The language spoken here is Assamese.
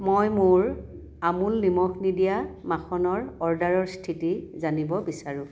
মই মোৰ আমুল নিমখ নিদিয়া মাখনৰ অৰ্ডাৰৰ স্থিতি জানিব বিচাৰোঁ